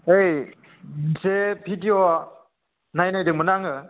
ओइ एसे भिडिअ नायनायदोंमोन आङो